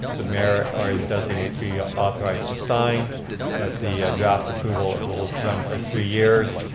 the mayor, or his designate be authorized to sign that the draft approval will run for three years,